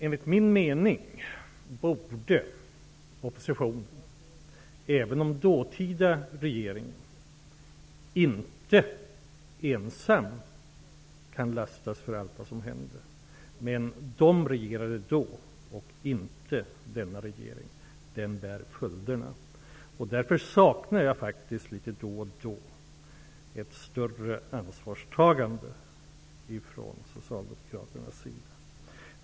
Även om den dåtida regeringen inte ensam kan lastas för allt som hände var det den regeringen som regerade då och inte den nuvarande regeringen. Den nuvarande regeringen bär följderna. Därför saknar jag faktiskt ett större ansvarstagande ifrån socialdemokraternas sida.